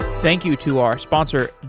thank you to our sponsor,